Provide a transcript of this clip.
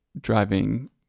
driving